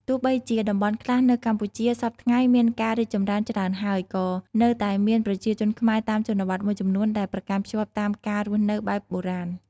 ទោះបីជាតំបន់ខ្លះនៅកម្ពុជាសព្វថ្ងៃមានការរីកចម្រើនច្រើនហើយ ក៏នៅតែមានប្រជាជនខ្មែរតាមជនបទមួយចំនួនដែលប្រកាន់ខ្ជាប់តាមការរស់នៅបែបបុរាណ។